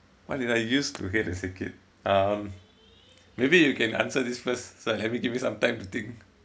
why did I used to hate the circuit um maybe you can answer this first let me give me some time to think